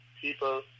people